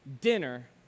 dinner